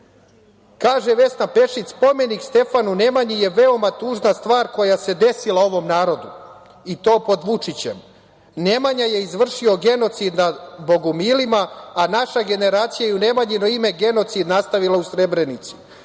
kaže Vesna Pešić – Spomenik Stefanu Nemanji je veoma tužna stvar koja se desila ovom narodu i to pod Vučićem. Nemanja je izvršio genocid nad bogumilima, a naša generacija je u Nemanjino ime je genocid nastavila u Srebrenici.